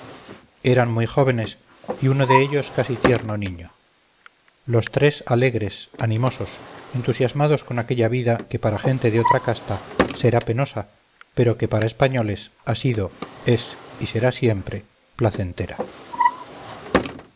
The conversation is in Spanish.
eran muy jóvenes y uno de ellos casi tierno niño los tres alegres animosos entusiasmados con aquella vida que para gente de otra casta será penosa pero que para españoles ha sido es y será siempre placentera